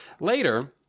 Later